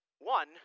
one